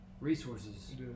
Resources